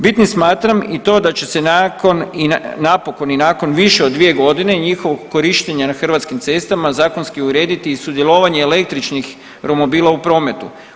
Bitnim smatram i to da će se nakon, napokon i nakon više od 2.g. njihovog korištenja na hrvatskim cestama zakonski urediti i sudjelovanje električnih romobila u prometu.